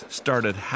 started